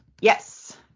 Yes